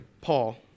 Paul